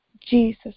Jesus